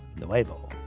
nuevo